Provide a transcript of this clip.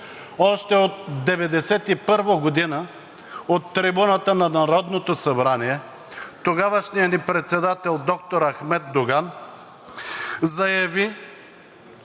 Още от 1991 г. от трибуната на Народното събрание тогавашният ни председател – доктор Ахмед Доган, заяви